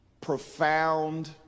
profound